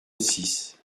six